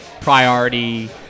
priority